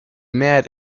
mehrheit